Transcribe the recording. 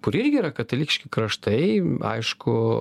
kur jie irgi yra katalikiški kraštai aišku